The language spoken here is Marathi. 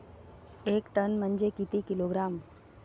एक टन म्हनजे किती किलोग्रॅम?